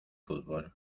fútbol